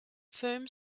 firm